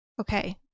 Okay